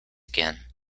again